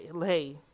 hey